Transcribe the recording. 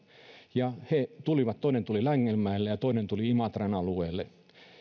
ja toinen tuli längelmäelle ja toinen tuli imatran alueelle